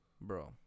Bro